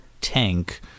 tank